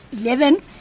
eleven